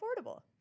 affordable